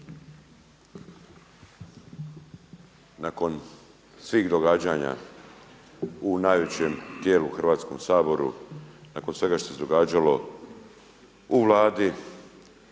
Nakon svih događanja u najvećem tijelu Hrvatskom saboru, nakon svega što se događalo u Vladi,